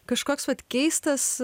kažkoks vat keistas